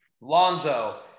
Lonzo